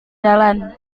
jalan